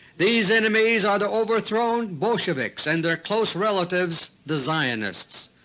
these enemies are the overthrown bolsheviks and their close relatives, the zionists.